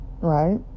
right